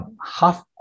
Half